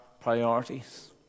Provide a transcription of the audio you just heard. priorities